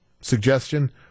Suggestion